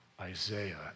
Isaiah